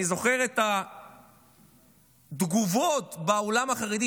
אני זוכר את התגובות בעולם החרדי,